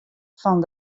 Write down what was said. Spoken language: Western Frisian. fan